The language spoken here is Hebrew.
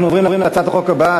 אנחנו עוברים להצעת החוק הבאה,